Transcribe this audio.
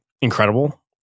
incredible